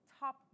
Top